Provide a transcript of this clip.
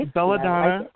Belladonna